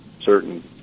certain